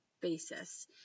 basis